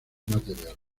material